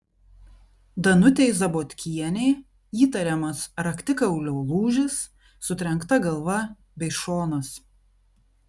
danutei zabotkienei įtariamas raktikaulio lūžis sutrenkta galva bei šonas